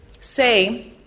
say